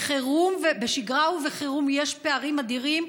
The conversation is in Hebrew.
בשגרה ובחירום יש פערים אדירים,